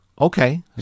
Okay